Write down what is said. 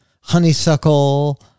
honeysuckle